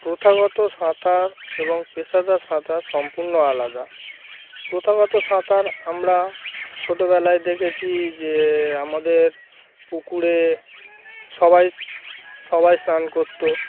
প্রথাগত সাঁতার এবং পেশাদার সাঁতার সম্পূর্ণ আলাদা প্রথাগত সাঁতার আমরা ছোটবেলায় দেখেছি যে আমাদের পুকুরে সবাই সবাই স্নান করত